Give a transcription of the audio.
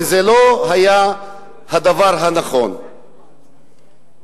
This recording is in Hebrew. וזה לא היה הדבר הנכון לעשות.